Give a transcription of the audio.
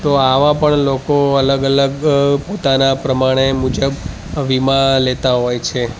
તો આવા પણ લોકો અલગ અલગ પોતાના પ્રમાણે મુજબ વીમા લેતા હોય છે